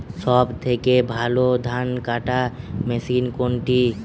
সবথেকে ভালো ধানকাটা মেশিন কোনটি?